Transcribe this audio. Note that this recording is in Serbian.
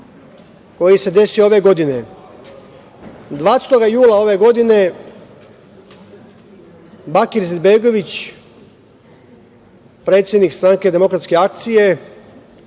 koji se desio ove godine, 20. jula ove godine, Bakir Izetbegović, predsednik Stranke demokratske akcije